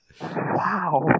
Wow